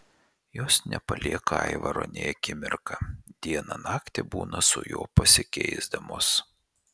jos nepalieka aivaro nei akimirką dieną naktį būna su juo pasikeisdamos